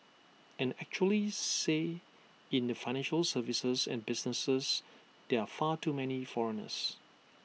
and actually say in the financial services and business there are far too many foreigners